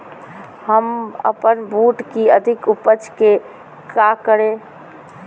हम अपन बूट की अधिक उपज के क्या करे?